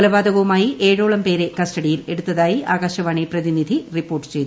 കൊലപാതകവുമായി ബന്ധപ്പെട്ട് ഏഴോളം പേരെ കസ്റ്റഡിയിൽ എടുത്തായി ആകാശവാണി പ്രതിനിധി റിപ്പോർട്ട് ചെയ്തു